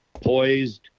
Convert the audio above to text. poised